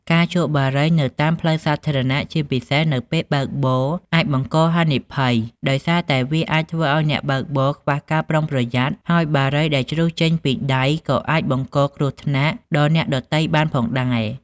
ការជក់បារីនៅតាមផ្លូវសាធារណៈជាពិសេសនៅពេលបើកបរអាចបង្កហានិភ័យដោយសារតែវាអាចធ្វើឱ្យអ្នកបើកបរខ្វះការប្រុងប្រយ័ត្នហើយបារីដែលជ្រុះចេញពីដៃក៏អាចបង្កគ្រោះថ្នាក់ដល់អ្នកដ៏ទៃបានផងដែរ។